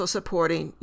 Supporting